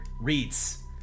reads